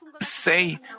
say